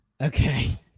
Okay